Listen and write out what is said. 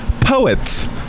POETS